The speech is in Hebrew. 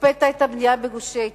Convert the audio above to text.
הקפאת את הבנייה בגושי ההתיישבות.